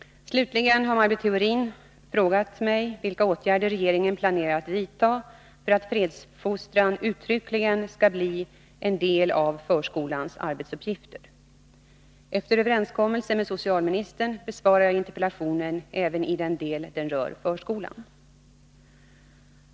Slutligen har Maj Britt Theorin frågat mig vilka åtgärder regeringen planerar att vidta för att fredsfostran uttryckligen skall bli en del av förskolans arbetsuppgifter. Efter överenskommelse med socialministern besvarar jag interpellationen även i den del den rör förskolan.